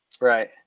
Right